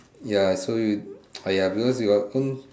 ya so you !aiya! because you own